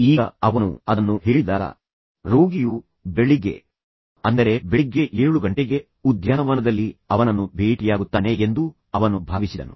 ಈಗ ಅವನು ಅದನ್ನು ಹೇಳಿದಾಗ ರೋಗಿಯು ಬೆಳಿಗ್ಗೆ ಅಂದರೆ ಬೆಳಿಗ್ಗೆ 7 ಗಂಟೆಗೆ ಉದ್ಯಾನವನದಲ್ಲಿ ಅವನನ್ನು ಭೇಟಿಯಾಗುತ್ತಾನೆ ಎಂದು ಅವನು ಭಾವಿಸಿದನು